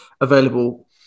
available